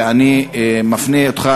ואני מפנה אותך,